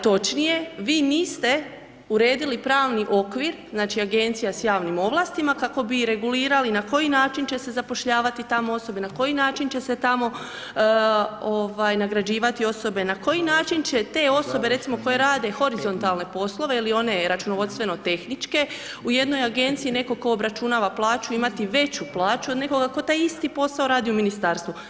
Točnije, vi niste uredili pravni okvir, znači, agencija s javnim ovlastima, kako bi regulirali na koji način će se zapošljavati tamo osobe, na koji način će se tamo nagrađivati osobe, na koji način će te osobe, recimo, koje rade horizontalne poslove, ili one računovodstveno-tehničke, u jednoj agenciji neko tko obračunava plaću, imati veću plaću od nekoga tko taj isti posao radi u ministarstvu.